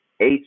eight